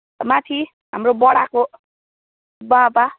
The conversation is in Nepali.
माथि हाम्रो बडाको बाबा